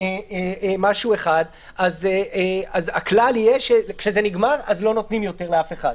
אז השאלה היא --- תנו לי לסכם.